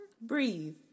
breathe